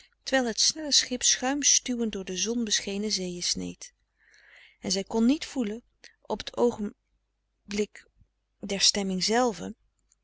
terwijl het snelle schip schuim stuwend door de zon beschenen zeeën sneed en zij kon niet voelen op t oogenblik der stemming zelve